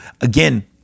again